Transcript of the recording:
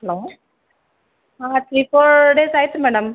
hello ಹಾಂ three four days ಆಯಿತು madam